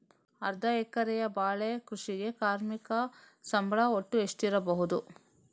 ಅರ್ಧ ಎಕರೆಯ ಬಾಳೆ ಕೃಷಿಗೆ ಕಾರ್ಮಿಕ ಸಂಬಳ ಒಟ್ಟು ಎಷ್ಟಿರಬಹುದು?